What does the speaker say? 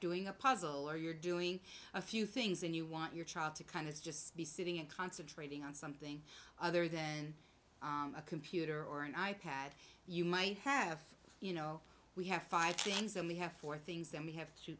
doing a puzzle or you're doing a few things and you want your child to kind of just be sitting in concentrating on something other then a computer or an i pad you might have you know we have five things and we have four things then we have